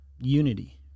unity